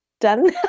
done